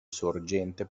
sorgente